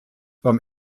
beim